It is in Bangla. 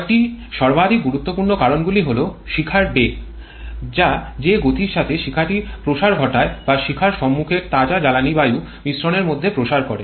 কয়েকটি সর্বাধিক গুরুত্বপূর্ণ কারণগুলি হল শিখার বেগ এটি হল যে গতির সাথে শিখার প্রসার ঘটায় বা শিখা সম্মুখের তাজা জ্বালানী বায়ু মিশ্রণের মধ্যে প্রসার করে